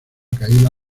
caída